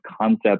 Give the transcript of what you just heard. concept